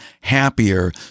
happier